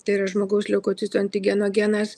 tai yra žmogaus leukocitų antigeno genas